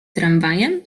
tramwajem